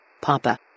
Papa